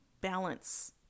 balance